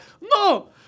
no